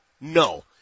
No